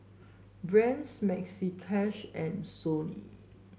Brand's Maxi Cash and Sony